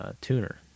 tuner